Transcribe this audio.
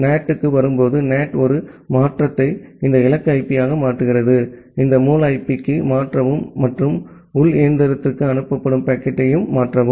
NAT க்கு வரும்போது NAT ஒரு மாற்றத்தை இந்த இலக்கு ஐபியாக மாற்றுகிறது இந்த மூல ஐபிக்கு மாற்றவும் மற்றும் உள் இயந்திரத்திற்கு அனுப்பப்படும் பாக்கெட்டை மாற்றவும்